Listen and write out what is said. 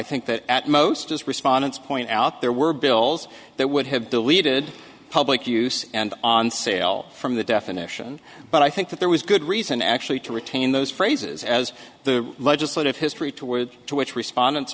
think that at most is respondents point out there were bills that would have deleted public use and on sale from the definition but i think that there was good reason actually to retain those phrases as the legislative history to wit to which respondents